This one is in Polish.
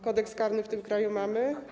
Kodeks karny w tym kraju mamy?